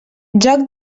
joc